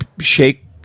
shake